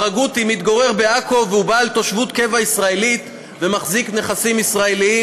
ברגותי מתגורר בעכו והוא בעל תושבות קבע ישראלית ומחזיק נכסים ישראליים.